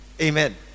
Amen